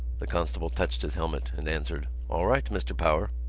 the constable touched his helmet and answered all right, mr. power!